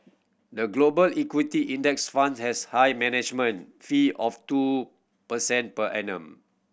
the Global Equity Index Fund has high management fee of two percent per annum